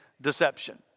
deception